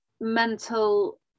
mental